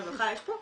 פה רווחה?